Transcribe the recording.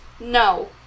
no